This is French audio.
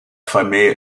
famille